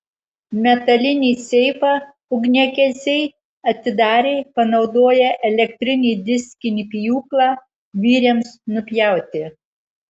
metalinį seifą ugniagesiai atidarė panaudoję elektrinį diskinį pjūklą vyriams nupjauti